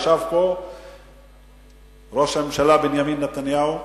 ישב פה ראש הממשלה בנימין נתניהו,